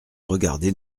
regardez